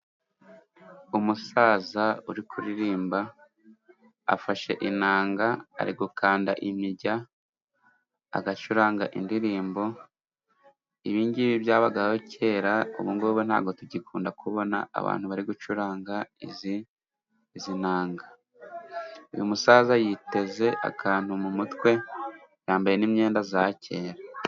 Umusaza uri kuririmba afashe inanga ari gukanda imirya agacuranga indirimbo, ibi ngibi byabagaho kera ubu ngubu ntabwo tugikunda kubona abantu bari gucuranga izi izi nanga. Uyu musaza yiteze akantu mu mutwe yambaye n'imyenda ya kera.